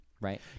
right